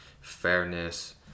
fairness